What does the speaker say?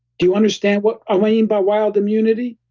do you understand what um i mean by wild immunity?